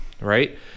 Right